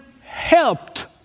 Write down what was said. helped